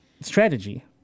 strategy